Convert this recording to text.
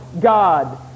God